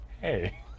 Hey